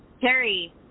Terry